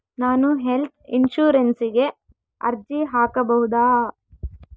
ನಾನು ಹೆಲ್ತ್ ಇನ್ಶೂರೆನ್ಸಿಗೆ ಅರ್ಜಿ ಹಾಕಬಹುದಾ?